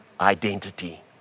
identity